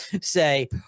say